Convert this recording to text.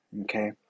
okay